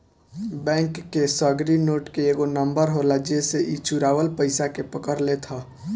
bank के सगरी note के एगो नंबर होला जेसे इ चुरावल पईसा के पकड़ लेत हअ